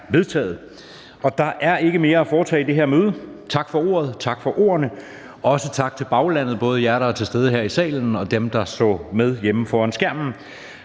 Der er ikke mere at foretage i dette møde. Tak for ordet, og tak for ordene. Også tak til baglandet, både jer, der er til stede her i salen, og jer, der har set med hjemme foran skærmen.